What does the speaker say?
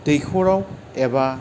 दैखराव एबा